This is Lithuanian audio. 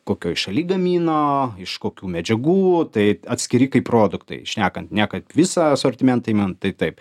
kokioj šaly gamino iš kokių medžiagų tai atskiri kaip produktai šnekan ne kad visą asortimentą iman tai taip